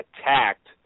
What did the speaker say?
attacked